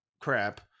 crap